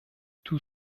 tout